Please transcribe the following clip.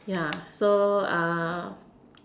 yeah so